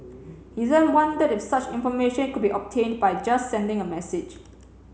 he then wondered if such information could be obtained by just sending a message